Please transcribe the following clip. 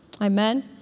Amen